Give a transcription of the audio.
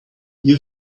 you